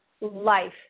life